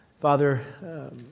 Father